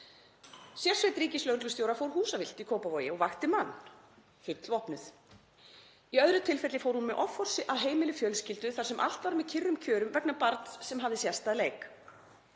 Sérsveit ríkislögreglustjóra fór húsavillt í Kópavogi og vakti mann, fullvopnuð. Í öðru tilfelli fór hún með offorsi að heimili fjölskyldu þar sem allt var með kyrrum kjörum vegna barns sem hafði sést að leik.